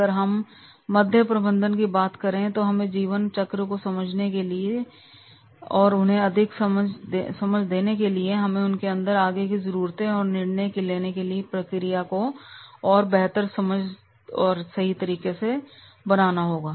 अगर हम मध्य प्रबंधन की बात करें तो हमें जीवन चक्र को समझना होगा और उन्हें अधिक समझ देने के लिए हमें उनके अंदर आगे की जरूरतों और निर्णय लेने की प्रक्रिया के लिए बेहतर समझ बनानी होगी